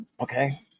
Okay